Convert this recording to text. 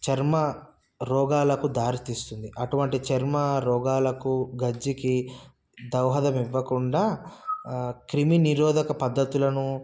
చర్మ రోగాలకు దారి తీస్తుంది అటువంటి చర్మ రోగాలకు గజ్జికి దోహదం ఇవ్వకుండా క్రిమి నిరోధక పద్దతులను